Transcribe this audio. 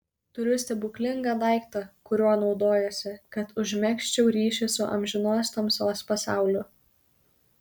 turiu stebuklingą daiktą kuriuo naudojuosi kad užmegzčiau ryšį su amžinos tamsos pasauliu